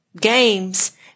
Games